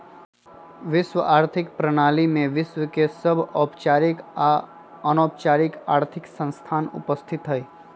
वैश्विक आर्थिक प्रणाली में विश्व के सभ औपचारिक आऽ अनौपचारिक आर्थिक संस्थान उपस्थित हइ